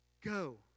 go